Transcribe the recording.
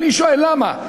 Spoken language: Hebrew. אני שואל: למה?